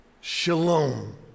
shalom